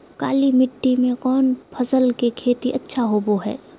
काली मिट्टी में कौन फसल के खेती अच्छा होबो है?